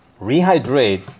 rehydrate